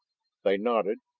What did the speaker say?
they nodded,